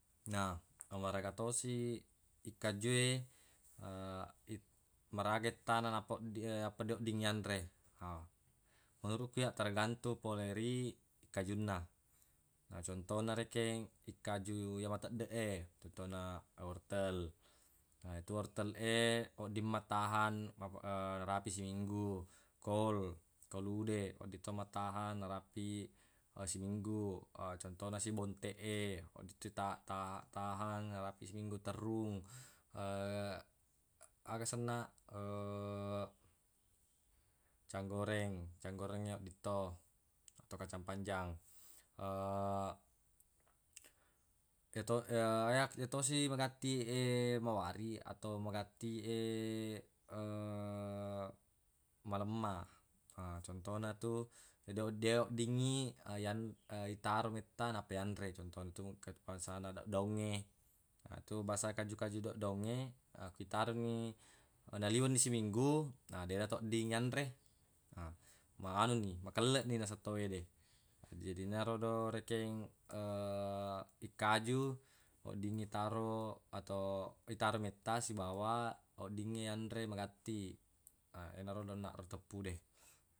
Na maraga tosi ikkajue maraga ettana nappa nappa deq wedding yanre ha menuruq ku iyya tergantung pole ri ikkajunna na contona rekeng ikkaju yero mateddeq e contona wortel etu wortel e wodding mua tahang narapi siminggu kol kolu de wedding to matahang narapi siminggu contona si bonteq e wedding to taha- tahang narapi siminggu terung aga senna canggoreng canggorengnge wedding to atau kacang panjang yeto- ya- yetosi magatti e mawari atau magatti e malemma contona tu deyo- dewoddingngi iyan- itaro metta nappa yanre contona itu engka e bangsana daddaungnge yetu biasa kaju-kaju daddaungnge akko itaromi naliwenni siminggu na denatu wedding diyanre manuni makelle ni naseng tawwe de jadi erona rodorekeng ikkaju weddingngi itaro atau itaro metta sibawa weddingnge yanre magatti na erona rodo onnaq uteppu de